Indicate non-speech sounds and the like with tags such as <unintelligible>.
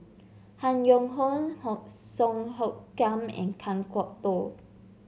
Han Yong Hong <unintelligible> Song Hoot Kiam and Kan Kwok Toh